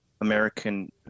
American